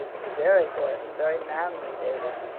very good, and very manly, davy.